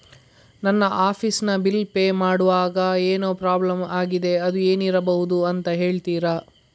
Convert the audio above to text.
ನನ್ನ ಆಫೀಸ್ ನ bill pay ಮಾಡ್ವಾಗ ಏನೋ ಪ್ರಾಬ್ಲಮ್ ಆಗಿದೆ ಅದು ಏನಿರಬಹುದು ಅಂತ ಹೇಳ್ತೀರಾ?